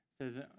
Says